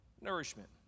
Nourishment